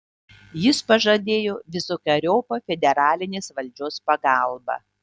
jis pažadėjo visokeriopą federalinės valdžios pagalbą